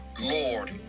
Lord